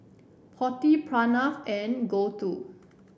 Potti Pranav and Gouthu